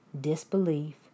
disbelief